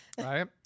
right